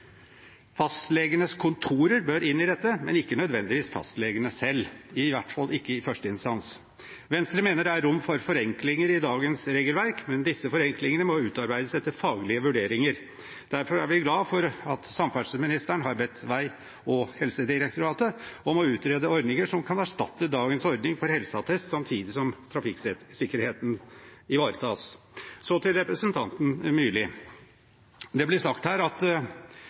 Fastlegenes kontorer bør inn i dette, men ikke nødvendigvis fastlegene selv, i hvert fall ikke i første instans. Venstre mener det er rom for forenklinger i dagens regelverk, men disse forenklingene må utarbeides etter faglige vurderinger. Derfor er vi glad for at samferdselsministeren har bedt Vegdirektoratet og Helsedirektoratet om å utrede ordninger som kan erstatte dagens ordning for helseattest samtidig som trafikksikkerheten ivaretas. Så til representanten Myrli: Det ble sagt her at